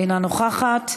אינה נוכחת,